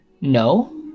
No